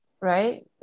right